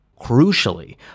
Crucially